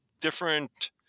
different